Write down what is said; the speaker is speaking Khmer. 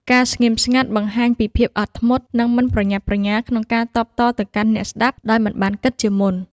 ការស្ងៀមស្ងាត់ បង្ហាញពីភាពអត់ធ្មត់ និងមិនប្រញាប់ប្រញាល់ក្នុងការតបតទៅកាន់អ្នកស្តាប់ដោយមិនបានគិតជាមុន។